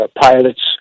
pilots